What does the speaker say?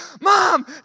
Mom